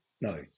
No